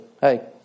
hey